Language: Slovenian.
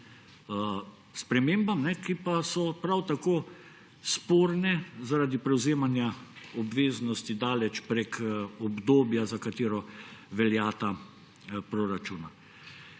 spremembam, ki pa so prav tako sporne zaradi prevzemanja obveznosti daleč prek obdobja, za katero veljata proračuna.